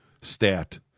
stat